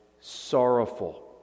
sorrowful